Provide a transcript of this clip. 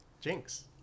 Jinx